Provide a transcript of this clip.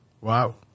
Wow